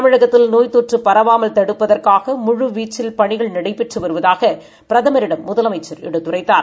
தமிழகத்தில்நோய்த்தொற்றுபரவாமல்தடுப்பதற்காகமு ழுவீச்சில்பணிகள்நடைபெறுவதாகபிரதமரிடம்முதல மைச்சர்எடுத்துரைத்தார்